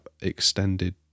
extended